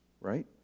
right